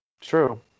True